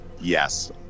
Yes